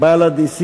בל"ד, הסירו.